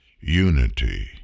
unity